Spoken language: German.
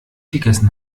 gegessen